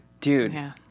Dude